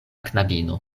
knabino